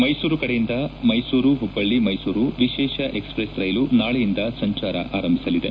ಮೈಸೂರು ಕಡೆಯಿಂದ ಮೈಸೂರು ಹುಬ್ಬಳ್ಳ ಮೈಸೂರು ವಿಶೇಷ ಎಕ್ಸ್ಪ್ರೆಸ್ ರೈಲು ನಾಳೆಯಿಂದ ಸಂಚಾರ ಆರಂಭಿಸಲಿದೆ